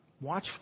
watch